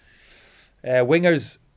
wingers